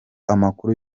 amakuru